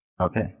Okay